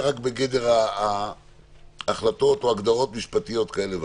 רק בגדר החלטות או הגדרות משפטיות כאלו ואחרות.